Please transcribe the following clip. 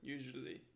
Usually